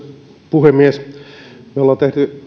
puhemies me olemme